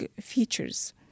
features